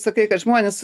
sakai kad žmonės